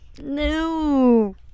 No